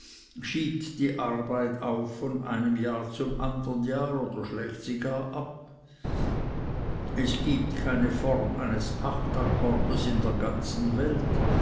schiebt die arbeit auf von einem jahr zum andern jahr oder schlägt gar sie ab es gibt keine form des pachtakkordes in der ganzen welt